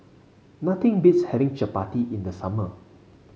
nothing beats having Chapati in the summer